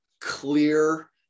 clear